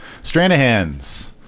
Stranahan's